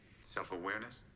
self-awareness